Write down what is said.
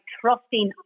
trusting